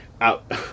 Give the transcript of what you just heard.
out